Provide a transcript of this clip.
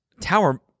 Tower